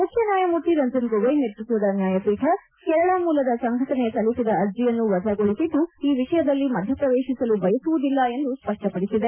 ಮುಖ್ಯ ನ್ಯಾಯಮೂರ್ತಿ ರಂಜನ್ ಗೊಗೊಯ್ ನೇತೃತ್ವದ ನ್ಯಾಯಪೀಠ ಕೇರಳ ಮೂಲದ ಸಂಘಟನೆ ಸಲ್ಲಿಸಿದ ಅರ್ಜೆಯನ್ನು ವಜಾಗೊಳಿಸಿದ್ದು ಈ ವಿಷಯದಲ್ಲಿ ಮಧ್ಯಪ್ರವೇಶಿಸಲು ಬಯಸುವುದಿಲ್ಲ ಎಂದು ಸ್ವಪ್ಪಪಡಿಸಿದೆ